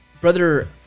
Brother